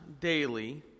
daily